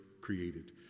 created